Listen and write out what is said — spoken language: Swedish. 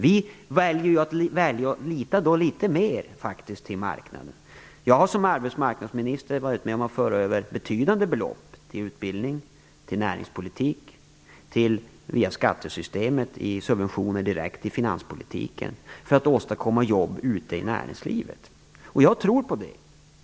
Vi väljer att lita litet mer till marknaden. Jag har som arbetsmarknadsminister varit med om att överföra betydande belopp till utbildning, till näringspolitik och via skattesystemet i subventioner direkt till finanspolitiken för att åstadkomma jobb ute i näringslivet. Jag tror på det.